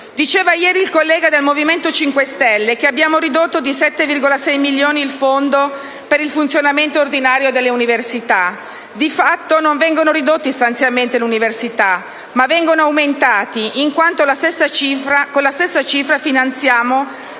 Diceva ieri un collega del Movimento 5 Stelle che abbiamo ridotto di 7,6 milioni il Fondo per il funzionamento ordinario delle università; di fatto, non vengono ridotti gli stanziamenti alle università, ma vengono aumentati, in quanto per la stessa cifra finanziamo,